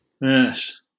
Yes